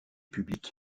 publics